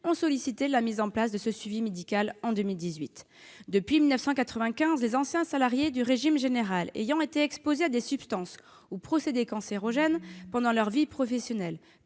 sollicité la mise en place de ce suivi médical en 2018. Depuis 1995, les anciens salariés du régime général ayant été exposés à des substances ou procédés cancérogènes pendant leur vie professionnelle